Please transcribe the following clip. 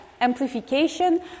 Amplification